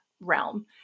realm